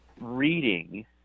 reading